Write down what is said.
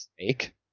snake